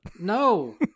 No